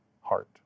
heart